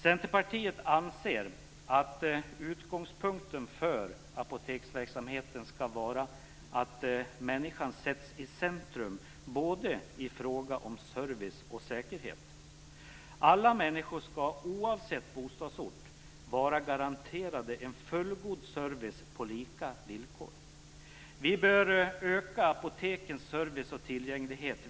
Centerpartiet anser att utgångspunkten för apoteksverksamheten skall vara att människan sätts i centrum i fråga om både service och säkerhet. Alla människor skall, oavsett bostadsort, vara garanterade en fullgod service på lika villkor. Vi bör öka apotekens service och tillgänglighet.